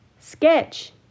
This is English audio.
Sketch